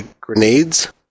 grenades